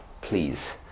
please